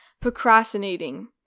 procrastinating